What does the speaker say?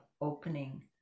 opening